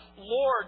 Lord